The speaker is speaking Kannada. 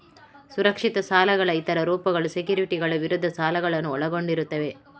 ಸುರಕ್ಷಿತ ಸಾಲಗಳ ಇತರ ರೂಪಗಳು ಸೆಕ್ಯುರಿಟಿಗಳ ವಿರುದ್ಧ ಸಾಲಗಳನ್ನು ಒಳಗೊಂಡಿರುತ್ತವೆ